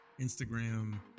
Instagram